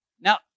Now